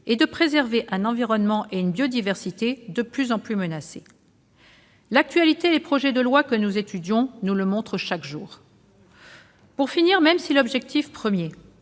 et de préserver un environnement et une biodiversité de plus en plus menacés, comme l'actualité et les projets de loi que nous étudions nous le montrent chaque jour. Même si l'objectif premier